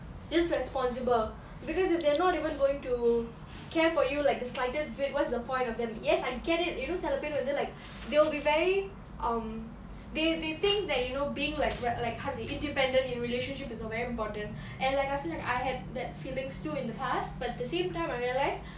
this responsible because if they're not even going to care for you like the slightest bit what's the point of them yes I get it you know செல பேரு வந்து:sela peru vanthu like they'll be very um they they think that you know being like how to say independent in relationship is a very important and like I feel like I had that feeling still in the past but the same time I realised